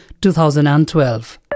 2012